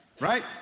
Right